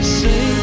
say